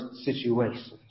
situations